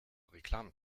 reklame